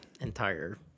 entire